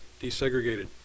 desegregated